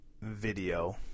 video